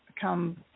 come